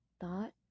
thought